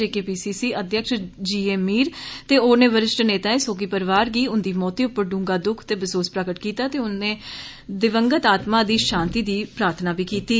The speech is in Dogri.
जे के पी सी सी अध्यक्ष जी ए मीर ते होरने वरिष्ठ नेताएं सोगी परिवार गी उन्दी मौती उप्पर डूंगा दुख ते बसोस प्रगट किता ते उनें दिवंगत आत्मा दी शांति दी प्रार्थना बी किती